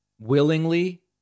willingly